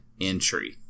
entry